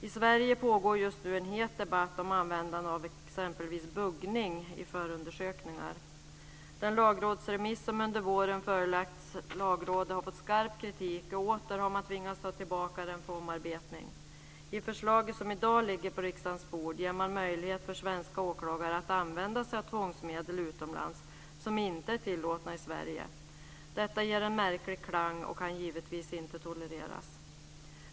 I Sverige pågår just nu en het debatt om användande av exempelvis buggning i förundersökningar. Den lagrådsremiss som under våren förelagts Lagrådet har fått skarp kritik, och man har åter tvingats ta tillbaka den för omarbetning. I det förslag som i dag ligger på riksdagens bord ger man möjlighet för svenska åklagare att använda sig av tvångsmedel utomlands som inte är tillåtna i Sverige. Detta ger en märklig klang, och kan givetvis inte tolereras.